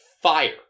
fire